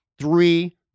three